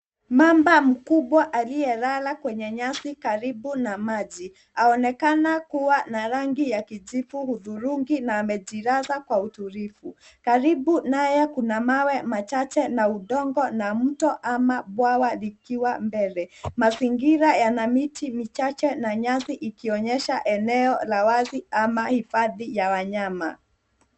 Mamba mkubwa aliyelala kwenye nyasi karibu na maji aonekana kuwa na rangi ya kijivu hudhurungi na amejilaza kwa utulivu. Karibu naye kuna mawe machache na udongo na mto ama bwawa likiwa mbele. Mazingira yana miti michache na nyasi ikionyesha eneo la wazi ama hifadhi ya wanyama.